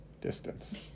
distance